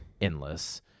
endless